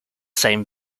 same